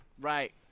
Right